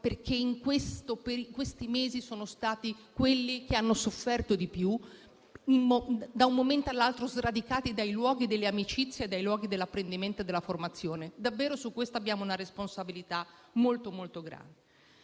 perché in questi mesi sono stati proprio loro a soffrire di più, sradicati da un momento all'altro dai luoghi delle amicizie, dai luoghi dell'apprendimento e della formazione. Davvero su questo abbiamo una responsabilità molto grave,